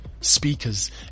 speakers